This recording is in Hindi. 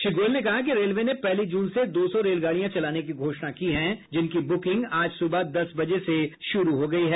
श्री गोयल ने कहा कि रेलवे ने पहली जून से दो सौ रेलगाड़ियां चलाने की घोषणा की है जिनकी बुकिंग आज सुबह दस बजे से शुरू हो गई है